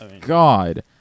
God